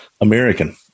American